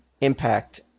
impact